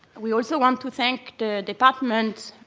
we also want to thank the department